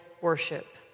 worship